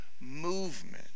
movement